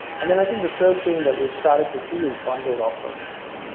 and then i think the third thing that we started to see is bundled offerings